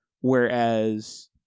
whereas